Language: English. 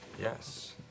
Yes